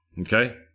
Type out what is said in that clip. Okay